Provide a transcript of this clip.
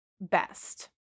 best